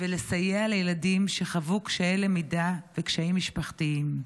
ולסייע לילדים שחוו קשיי למידה וקשיים משפחתיים.